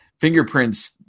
fingerprints